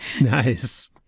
Nice